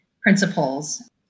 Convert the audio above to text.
principles